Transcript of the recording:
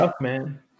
man